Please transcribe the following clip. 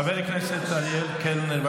חבר הכנסת אריאל קלנר,